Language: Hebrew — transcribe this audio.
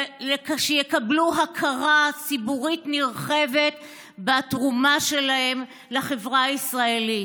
שיקבלו הכרה ציבורית נרחבת בתרומה שלהם לחברה הישראלית.